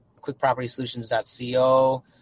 quickpropertysolutions.co